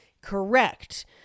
correct